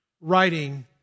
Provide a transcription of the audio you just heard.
writing